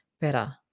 better